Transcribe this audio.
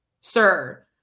sir